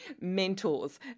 mentors